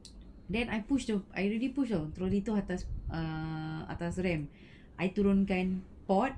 then I pushed the I already push [tau] trolley atas err atas ramp I turunkan pot